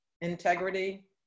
integrity